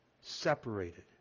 separated